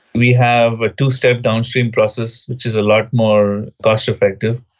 we have a two-step downstream process which is a lot more cost-effective,